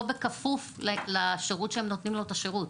לא בכפוף לשירות שהם נותנים לו את השירות.